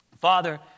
Father